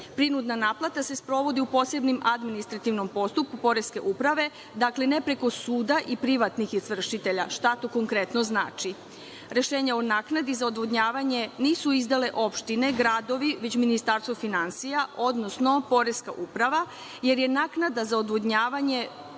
naplata se sprovodi u posebnom administrativnom postupku poreske uprave, dakle, ne preko suda i privatnih izvršitelja. Šta to konkretno znači? Rešenje o naknadi za odvodnjavanje nisu izdale opštine, gradovi, već Ministarstvo finansija, odnosno poreska uprava, jer naknada za odvodnjavanje